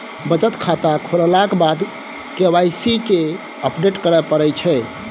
बचत खाता खोललाक बाद के वाइ सी केँ अपडेट करय परै छै